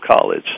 college